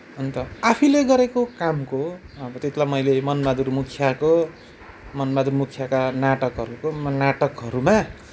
अन्त आफैले गरेको कामको अब त्यतिबेला मैले मनबाहादुर मुखियाको मनबाहादुर मुखियाका नाटकहरूको म नाटकहरूमा